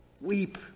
Weep